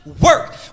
work